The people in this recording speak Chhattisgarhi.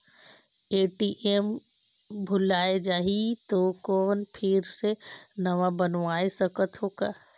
ए.टी.एम भुलाये जाही तो कौन फिर से नवा बनवाय सकत हो का?